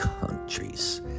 countries